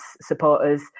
supporters